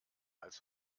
als